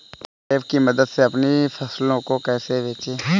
Mobile app की मदद से अपनी फसलों को कैसे बेचें?